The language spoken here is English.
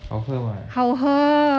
好喝吗